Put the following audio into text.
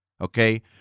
okay